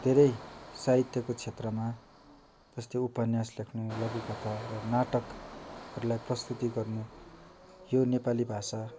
धेरै साहित्यको क्षेत्रमा जस्तै उपन्यास लेख्नु लघुकथा र नाटकहरूलाई प्रस्तुति गर्नु यो नेपाली भाषा